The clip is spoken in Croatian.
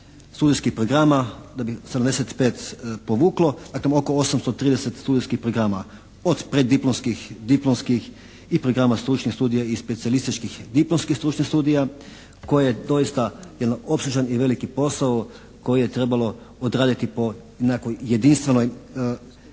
studentskih programa da bi 75 povuklo, dakle oko 830 studentskih programa od preddiplomskih, diplomskih i programa stručnih studija i specijalističkih diplomskih stručnih studija koji je doista jedan opsežan i veliki posao koji je trebalo odraditi po nekakvoj